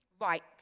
right